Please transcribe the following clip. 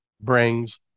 brings